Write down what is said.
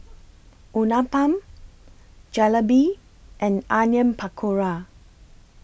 Uthapam Jalebi and Onion Pakora